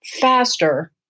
faster